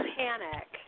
panic